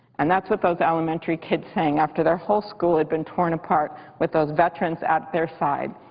and that's what those elementary kids sang after their whole school had been torn apart with those veterans at their side.